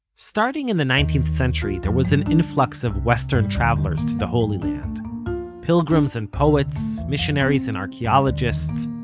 starting in the nineteenth century there was an influx of western travelers to the holy land pilgrims and poets, missionaries and archeologists,